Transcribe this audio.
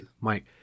Mike